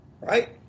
right